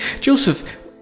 Joseph